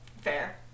Fair